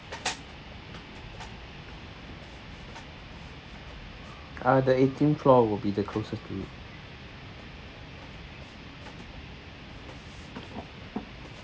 ah the eighteenth floor will be the closest already